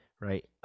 right